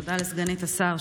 ותודה לסגנית השר,